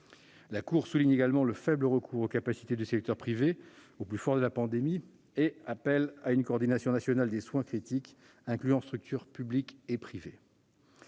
La Cour souligne également le faible recours aux capacités du secteur privé au plus fort de la pandémie et appelle à une coordination nationale des soins critiques, incluant structures publiques et privées.